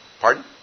Pardon